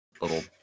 little